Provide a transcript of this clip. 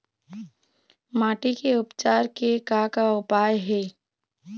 माटी के उपचार के का का उपाय हे?